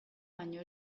baino